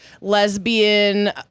lesbian